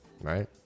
right